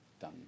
done